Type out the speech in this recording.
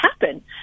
happen